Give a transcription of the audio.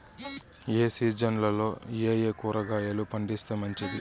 ఏ సీజన్లలో ఏయే కూరగాయలు పండిస్తే మంచిది